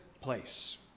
place